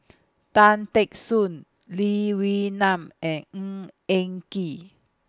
Tan Teck Soon Lee Wee Nam and Ng Eng Kee